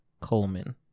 Coleman